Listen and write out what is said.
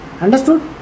Understood